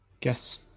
Guess